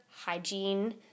hygiene